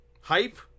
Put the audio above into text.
Hype